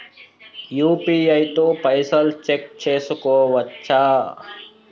UPI తో పైసల్ check చేసుకోవచ్చా?